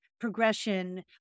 progression